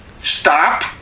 stop